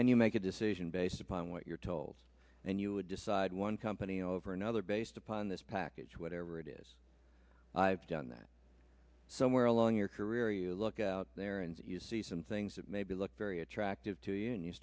and you make a decision based upon what you're told and you would decide one company over another based upon this package whatever it is i've done that somewhere along your career you look out there and you see some things that maybe look very attractive to you and you